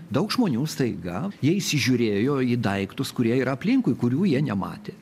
daug žmonių staiga jie įsižiūrėjo į daiktus kurie yra aplinkui kurių jie nematė